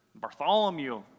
Bartholomew